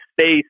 space